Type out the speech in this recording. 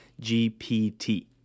GPT